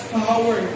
power